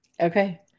Okay